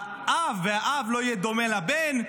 לאב, ואב לא יהיה דומה לבן.